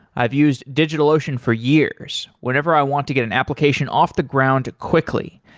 i've used digitalocean for years, whenever i want to get an application off the ground quickly.